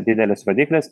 didelis rodiklis